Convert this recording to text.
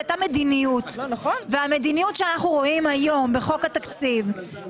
הייתה מדיניות והמדיניות שאנחנו רואים היום בחוק ההסדרים,